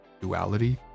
duality